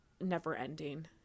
never-ending